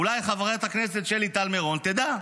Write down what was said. אולי חברת הכנסת שלי טל מירון תדע.